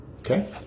Okay